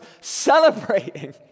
celebrating